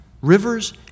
rivers